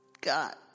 God